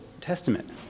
Testament